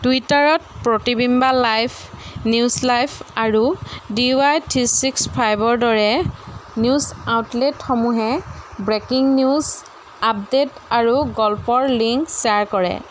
টুইটাৰত Pratibimba live news live আৰু D Y three six five ৰ দৰে নিউজ আউটলেটসমূহে ব্ৰেকিং নিউজ আপডেট আৰু গল্পৰ লিংক শ্বেয়াৰ কৰে